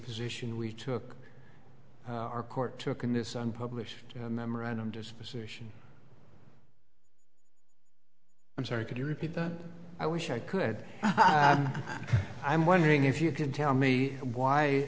position we took our court took in this unpublished memorandum disposition i'm sorry could you repeat that i wish i could i'm wondering if you can tell me why